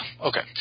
okay